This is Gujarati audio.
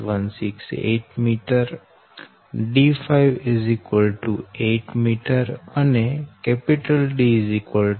168 m d5 8 m અને D 4